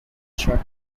short